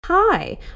Hi